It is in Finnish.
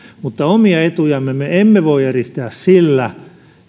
mutta omia etujamme me emme voi edistää sillä